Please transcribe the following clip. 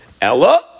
Ella